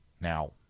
Now